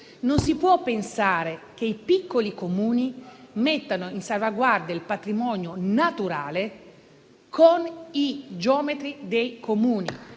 non si può pensare che i piccoli Comuni mettano in salvaguardia il patrimonio naturale con i geometri dei Comuni.